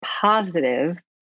positive